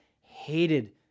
hated